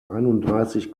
einunddreißig